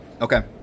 Okay